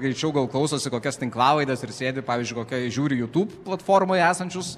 greičiau gal klausosi kokias tinklalaides ir sėdi pavyzdžiui kokioj žiūri youtube platformoje esančius